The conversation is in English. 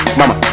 mama